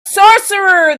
sorcerer